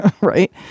right